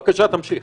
בבקשה תמשיך.